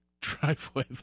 driveway